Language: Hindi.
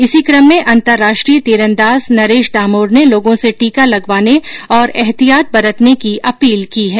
इसी कम में अंतर्राष्ट्रीय तीरंदाज नरेश दामोर ने लोगों से टीका लगवाने और एहतियात बरतने की अपील की है